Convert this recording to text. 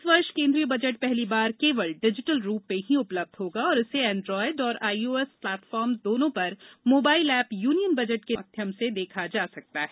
इस वर्ष केन्द्रीय बजट पहली बार केवल डिजिटल रूप में ही उपब्लध होगा और इसे एंड्रोइड और आईओएस प्लेटफॉर्म दोनों पर मोबाइल ऐप यूनियन बजट के माध्यम से देखा जा सकता है